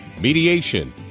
mediation